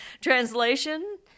Translation